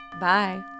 Bye